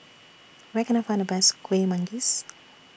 Where Can I Find The Best Kueh Manggis